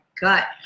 gut